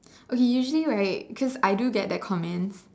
okay usually right cause I do get that comments